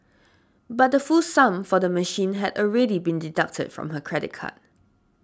but the full sum for the machine had already been deducted from her credit card